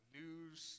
news